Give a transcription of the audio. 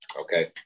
Okay